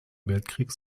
weltkrieges